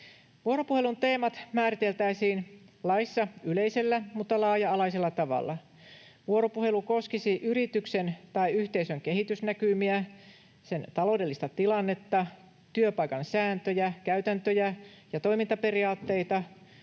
Vuoropuhelun teemat määriteltäisiin laissa yleisellä mutta laaja-alaisella tavalla. Vuoropuhelu koskisi yrityksen tai yhteisön kehitysnäkymiä, sen taloudellista tilannetta, työpaikan sääntöjä, käytäntöjä ja toimintaperiaatteita,